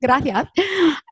Gracias